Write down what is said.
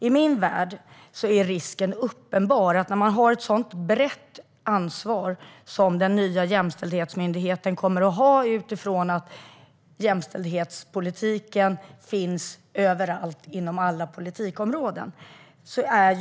I min värld finns det en stor och uppenbar risk för att praktisk verksamhet alltid blir nedprioriterad när man har ett så brett ansvar som den nya jämställdhetsmyndigheten kommer att ha, med tanke på att jämställdhetspolitiken finns överallt och inom alla politikområden.